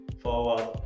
forward